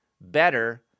better